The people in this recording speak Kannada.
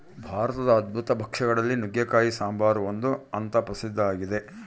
ಭಾರತದ ಅದ್ಭುತ ಭಕ್ಷ್ಯ ಗಳಲ್ಲಿ ನುಗ್ಗೆಕಾಯಿ ಸಾಂಬಾರು ಒಂದು ಅಂತ ಪ್ರಸಿದ್ಧ ಆಗಿದೆ